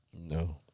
No